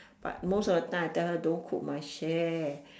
but most of the time I tell her don't cook my share